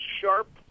sharp